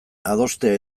adostea